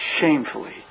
shamefully